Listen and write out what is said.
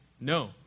No